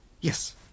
Yes